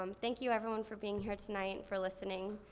um thank you everyone for being here tonight, for listening.